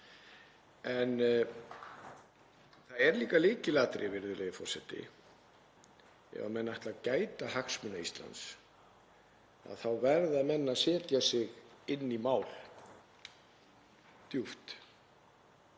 En það er líka lykilatriði, virðulegi forseti, ef menn ætla að gæta hagsmuna Íslands, að þá verða menn að setja sig djúpt